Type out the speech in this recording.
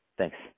Thanks